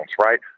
right